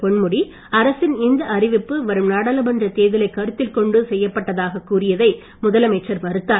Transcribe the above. பொன்முடி அரசின் இந்த அறிவிப்பு வரும் நாடாளுமன்றத் தேர்தலைக் கருத்தில் கொண்டு செய்யப்பட்டதாக கூறியதை முதலமைச்சர் மறுத்தார்